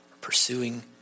pursuing